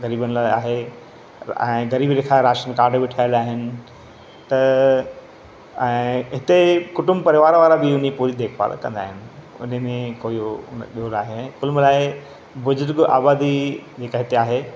ग़रीबनि लाइ आहे ऐं ग़रीबी रेखा राशन काड बि ठहियलु आहिनि त ऐं हिते कुटुंबु परिवार वारा बि उन ई पूरी देखभाल कंदा आहिनि उन में कोई दौरु आहे कुल मिलाए बुज़ुर्ग आबादी जेका हिते आहे